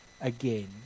again